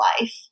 life